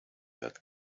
that